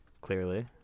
Clearly